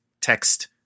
text